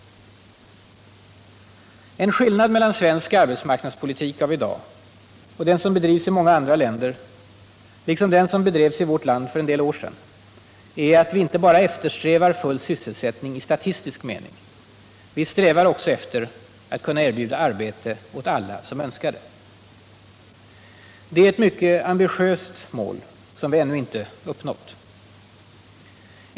En skillnad mellan svensk arbetsmarknadspolitik av i dag och den som bedrivs i många andra länder, liksom den som bedrevs i vårt land för en del år sedan, är att vi inte bara eftersträvar full sysselsättning i statistisk mening. Vi strävar också efter att kunna erbjuda arbete åt alla som önskar det. Det är ett mycket ambitiöst mål som vi ännu inte uppnått.